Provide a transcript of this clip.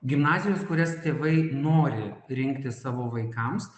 gimnazijos kurias tėvai nori rinktis savo vaikams